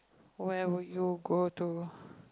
where would you go to